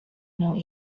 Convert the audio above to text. know